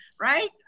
Right